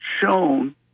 shown